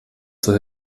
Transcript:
zur